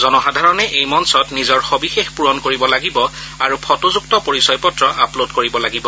জনসাধাৰণে এই মঞ্চত নিজৰ সবিশেষ পূৰণ কৰিব লাগিব আৰু ফটোযুক্ত পৰিচয়পত্ৰ আপলোড কৰিব লাগিব